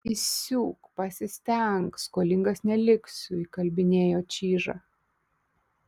įsiūk pasistenk skolingas neliksiu įkalbinėjo čyžą